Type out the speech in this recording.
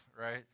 right